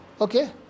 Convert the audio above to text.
okay